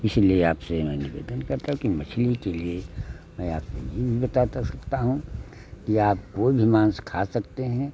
इसलिए आपसे मैं निवेदन करता हूँ कि मछली के लिए मैं आपको यही बताता सकता हूँ कि आप कोई भी माँस खा सकते हैं